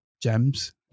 gems